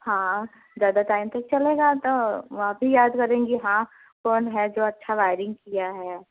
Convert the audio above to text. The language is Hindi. हाँ ज़्यादा टाइम तक चलेगा तो आप भी याद करेंगे कि हाँ कौन है जो अच्छा वायरिंग किया है